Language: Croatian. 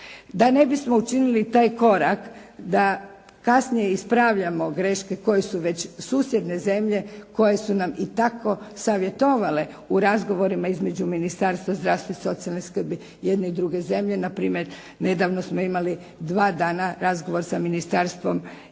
Da ne bismo učinili i taj korak da kasnije ispravljamo greške koje su već susjedne zemlje koje su nam i tako savjetovale u razgovorima između Ministarstva zdravstva i socijalne skrbi jedne i druge zemlje. Na primjer, nedavno smo imali dva dana razgovor sa ministarstvom,